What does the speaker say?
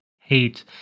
hate